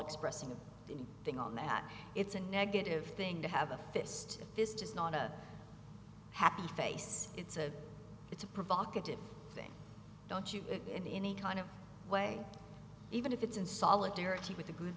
expressing a thing on that it's a negative thing to have a fist fist is not a happy face it's a it's a provocative thing don't you in any kind of way even if it's in solidarity with a good